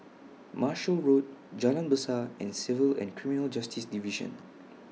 Marshall Road Jalan Besar and Civil and Criminal Justice Division